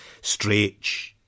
stretch